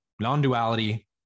non-duality